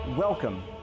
Welcome